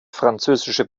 französische